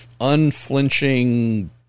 unflinching